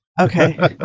Okay